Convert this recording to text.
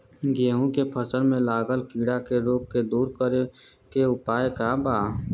गेहूँ के फसल में लागल कीड़ा के रोग के दूर करे के उपाय का बा?